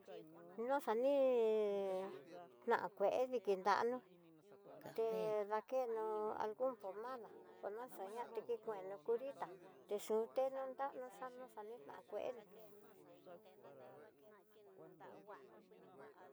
No xani nakue dikinranó he dakeno algun pomada naxañati trikuno curita, nriyuté no xano xanintá kué no.